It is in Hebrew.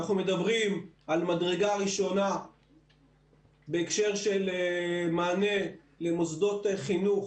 מדרגה ראשונה בהקשר של מענה למוסדות חינוך